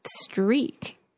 streak